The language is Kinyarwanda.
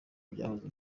byahoze